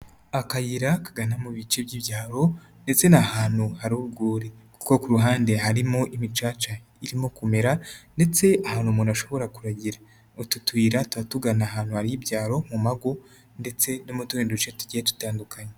Akayira kagana mu bice by'iyaro ndetse ni ahantu hari urwuri, kuko ku ruhande harimo imicaca irimo kumera ndetse ahantu umuntu ashobora kuragira, utu tuyira tuba tugana ahantu hari ibyaro mu mago ndetse no mu tundi duce tgiye dutandukanye.